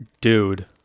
Dude